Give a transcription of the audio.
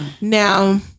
Now